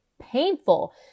painful